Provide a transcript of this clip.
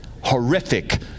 horrific